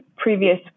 previous